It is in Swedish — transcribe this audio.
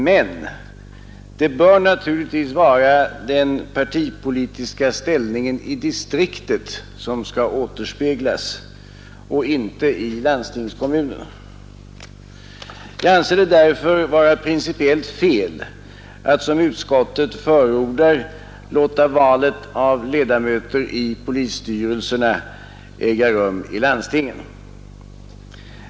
Men det bör naturligtvis vara den partipolitiska ställningen i distriktet som skall återspeglas och inte i landstingskommunen. Jag anser det därför vara principiellt fel att som utskottet förordar låta valet av ledamöter i polisstyrelserna äga rum i landstinget.